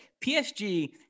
PSG